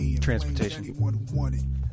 Transportation